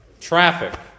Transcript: traffic